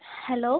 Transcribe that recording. hello